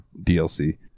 DLC